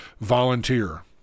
volunteer